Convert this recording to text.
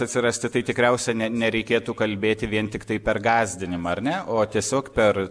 atsirasti tai tikriausia ne nereikėtų kalbėti vien tiktai per gąsdinimą ar ne o tiesiog per